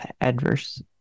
adverse